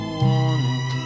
warning